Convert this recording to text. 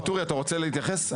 ואטורי, אתה רוצה להתייחס?